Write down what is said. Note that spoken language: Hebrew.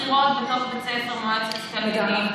בחירות בתוך בית ספר למועצת התלמידים,